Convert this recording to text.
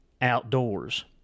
outdoors